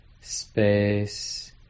space